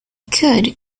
could